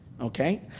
Okay